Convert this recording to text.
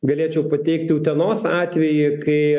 galėčiau pateikti utenos atvejį kai